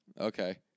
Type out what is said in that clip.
Okay